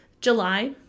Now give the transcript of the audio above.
July